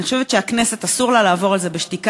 אני חושבת שהכנסת, אסור לה לעבור על זה בשתיקה.